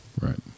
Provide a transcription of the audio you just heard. Right